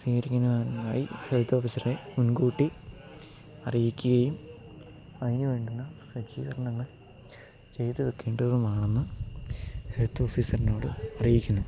സ്വീകരിക്കുന്നതിനായി health ഓഫീസറെ മുൻകൂട്ടി അറിയിക്കുകയും അതിന് വേണ്ടുന്ന സജ്ജീകരണങ്ങൾ ചെയ്തു വെക്കേണ്ടതും ആണെന്ന് ഹെൽത്ത് ഓഫീസറിനോട് അറിയിക്കുന്നു